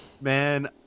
Man